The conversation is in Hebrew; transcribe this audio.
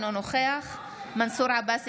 אינו נוכח מנסור עבאס,